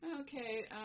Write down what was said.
Okay